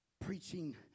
preaching